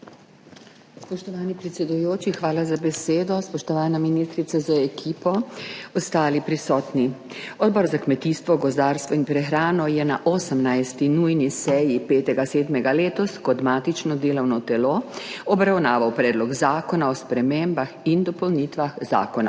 Spoštovani predsedujoči, hvala za besedo. Spoštovana ministrica z ekipo, ostali prisotni! 44. TRAK: (NB) – 14.15 (Nadaljevanje) Odbor za kmetijstvo, gozdarstvo in prehrano je na 18. nujni seji, 5. 7., letos, kot matično delovno telo obravnaval Predlog zakona o spremembah in dopolnitvah Zakona